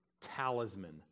talisman